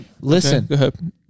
listen